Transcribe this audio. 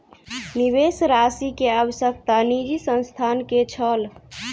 निवेश राशि के आवश्यकता निजी संस्थान के छल